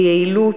ביעילות,